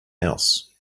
else